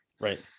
Right